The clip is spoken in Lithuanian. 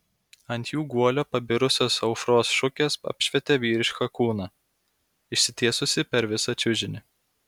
ant jų guolio pabirusios aušros šukės apšvietė vyrišką kūną išsitiesusį per visą čiužinį